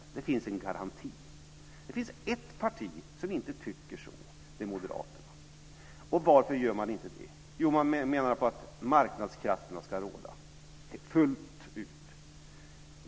Det finns en garanti. Det finns ett parti som inte tycker så, och det är Moderaterna. Och varför gör man inte det? Jo, man menar att marknadskrafterna ska råda fullt ut.